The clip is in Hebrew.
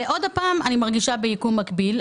שוב אני מרגישה ביקום מקביל.